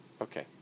Okay